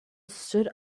stood